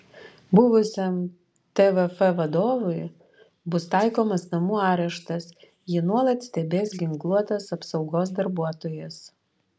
buvusiam tvf vadovui bus taikomas namų areštas jį nuolat stebės ginkluotas apsaugos darbuotojas